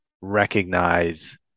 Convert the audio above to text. recognize